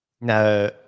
no